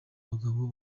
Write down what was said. bagabo